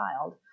child